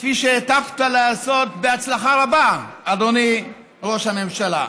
כפי שהיטבת לעשות בהצלחה רבה, אדוני ראש הממשלה,